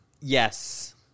Yes